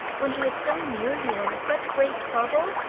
when he is so near you and in such great trouble?